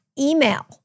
email